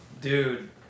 Dude